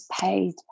paid